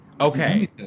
okay